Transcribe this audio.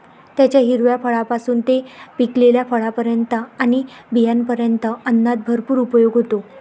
त्याच्या हिरव्या फळांपासून ते पिकलेल्या फळांपर्यंत आणि बियांपर्यंत अन्नात भरपूर उपयोग होतो